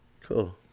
cool